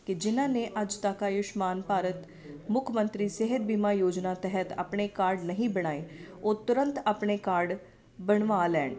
ਕਿ ਜਿਹਨਾਂ ਨੇ ਅੱਜ ਤੱਕ ਆਯੁਸ਼ਮਾਨ ਭਾਰਤ ਮੁੱਖ ਮੰਤਰੀ ਸਿਹਤ ਬੀਮਾ ਯੋਜਨਾ ਤਹਿਤ ਆਪਣੇ ਕਾਰਡ ਨਹੀਂ ਬਣਵਾਏ ਉਹ ਤੁਰੰਤ ਆਪਣੇ ਕਾਰਡ ਬਣਵਾ ਲੈਣ